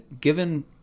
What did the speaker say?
Given